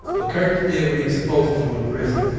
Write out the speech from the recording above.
but curtis did what he was supposed to do in prison.